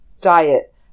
Diet